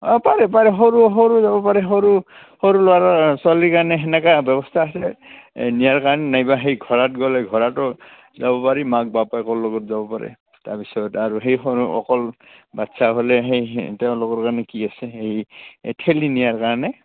অঁ পাৰে পাৰে সৰু সৰু যাব পাৰে সৰু সৰু ল'ৰা ছোৱালীৰ কাৰণে তেনেকৈ ব্যৱস্থা আছে নিয়াৰ কাৰণে নাইবা সেই ঘোঁৰাত গ'লে ঘোঁৰাটো যাব পাৰি মাক বাপেকৰ লগত যাব পাৰে তাৰপিছত আৰু সেই সৰু অকল বাচ্ছা হ'লে সেই তেওঁলোকৰ কাৰণে কি আছে সেই ঠেলি নিয়াৰ কাৰণে